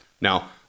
Now